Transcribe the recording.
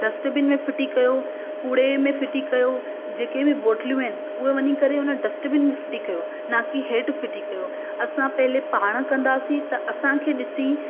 dustbin में फिटी कयो कूड़े में फिटी कयो जेके बि बोटलूं आहिनि उहे वञी करे उन डस्टबिन में फिटी कयो न कि हेठि फिटी कयो असां पहिले पाण कंदासीं त असांखे ॾिसी